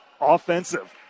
offensive